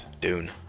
Dune